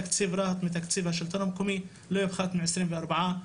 תקציב רהט מתקציב השלטון המקומי לא יפחת מ-24%.